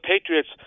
Patriots